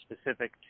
specific